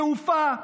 תעופה,